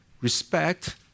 respect